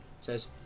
says